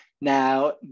Now